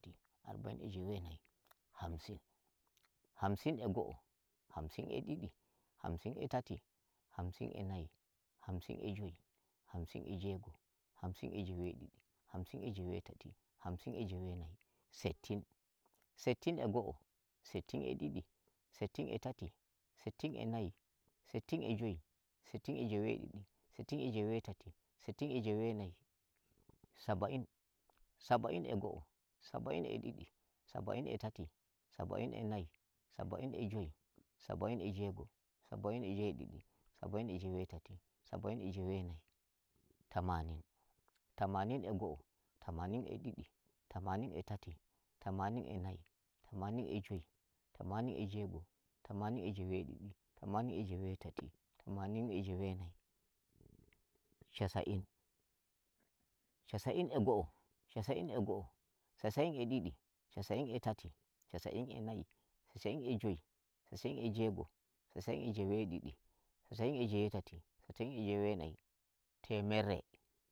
Ti arba'in e jewe nayi, hamsin, hamsin e go'o, hamsin e ɗiɗi, hamsin e tati, hamsin e nayi, hamsin e joyi, hamsin e jewe go'o, hamsin e jewe ɗiɗi, hamsin e jewe tati, hamsin e jewe nayi, settin, settin e go'o, settin e ɗiɗi, settin e tati, settin e nayi, settin e joyi, settin e jewe go'o, settin e jewe ɗiɗi, settin e jewe tati, settin e jewe nayi, saba'in, saba'in e go'o, saba'in e ɗiɗi, saba'in e tati, saba'in e nayi, saba'in joyi, saba'in e jewe go'o, saba'in e jewe ɗiɗi, saba'in e jewe tati, saba'in e jewe nayi, tamanin, tamanin e go'o, tamanin e ɗiɗi, tamanin e tati, tamanin e nayi, tamanin e joyi, tamanin e jewe go'o, tamanin e jewe ɗiɗi, tamanin e jewe tati, tamanin e jewe nayi, casa'in, casa'in e go'o, casa'in e ɗiɗi, casa'in e tati, casa'in nayi, casa'in joyi, casa'in e jewe go'o, casa'in e jewe ɗiɗi, casa'in jewe tati, casa'in jewe nayi, temerre.